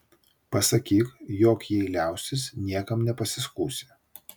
pasakyk jog jei liausis niekam nepasiskųsi